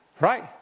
Right